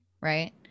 right